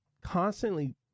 constantly